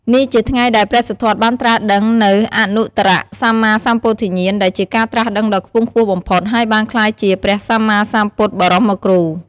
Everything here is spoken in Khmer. នេះជាថ្ងៃដែល ព្រះសិទ្ធត្ថបានត្រាស់ដឹងនូវអនុត្តរសម្មាសម្ពោធិញ្ញាណ ដែលជា ការត្រាស់ដឹងដ៏ខ្ពង់ខ្ពស់បំផុត ហើយបានក្លាយជា ព្រះសម្មាសម្ពុទ្ធបរមគ្រូ។